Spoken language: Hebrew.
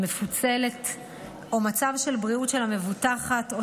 של פיצול או מצב בריאות של המבוטחת או